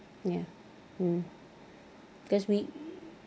ya mm that's we